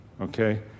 okay